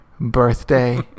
birthday